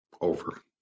over